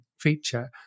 feature